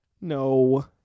No